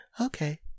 Okay